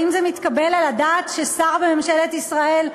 האם זה מתקבל על הדעת ששר בממשלת ישראל,